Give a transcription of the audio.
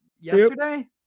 yesterday